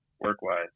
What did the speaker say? work-wise